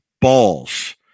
balls